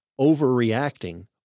overreacting